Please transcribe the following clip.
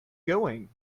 going